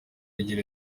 igira